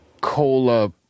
cola